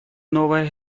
новая